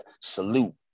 salute